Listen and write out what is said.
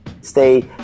Stay